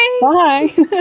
Bye